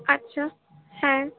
আচ্ছা হ্যাঁ